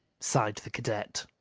sighed the cadet.